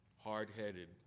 hard-headed